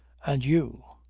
and you?